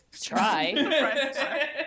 Try